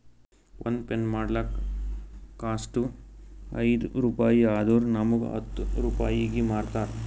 ಒಂದ್ ಪೆನ್ ಮಾಡ್ಲಕ್ ಕಾಸ್ಟ್ ಐಯ್ದ ರುಪಾಯಿ ಆದುರ್ ನಮುಗ್ ಹತ್ತ್ ರೂಪಾಯಿಗಿ ಮಾರ್ತಾರ್